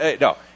No